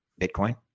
Bitcoin